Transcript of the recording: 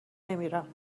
نمیرم